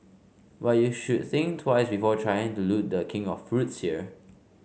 but you should think twice before trying to loot the king of fruits here